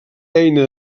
eina